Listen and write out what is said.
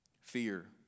fear